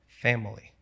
family